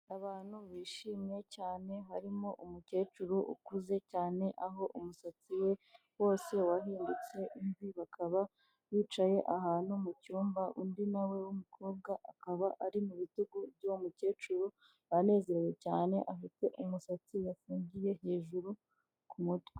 Abantu bishimye cyane harimo umukecuru ukuze cyane aho umusatsi we wose wahindutse imvi, bakaba bicaye ahantu mu cyumba undi nawe w'umukobwa akaba ari mu bitugu by'uwo mukecuru banezerewe cyane, afite umusatsi bafungiye hejuru ku mutwe.